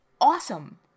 awesome